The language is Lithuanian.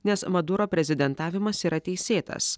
nes maduro prezidentavimas yra teisėtas